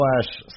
slash